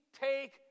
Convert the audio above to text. take